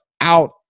out